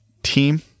team